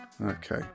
Okay